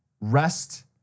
Rest